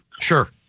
Sure